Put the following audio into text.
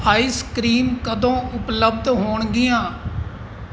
ice cream ਉਪਲਬਧ ਹੋਣਗੀਆਂ